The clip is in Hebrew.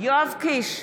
יואב קיש,